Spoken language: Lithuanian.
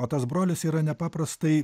o tas brolis yra nepaprastai